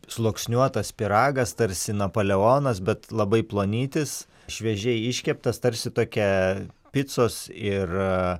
sluoksniuotas pyragas tarsi napoleonas bet labai plonytis šviežiai iškeptas tarsi tokia picos ir